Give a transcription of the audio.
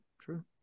true